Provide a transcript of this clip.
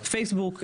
פייסבוק,